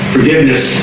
Forgiveness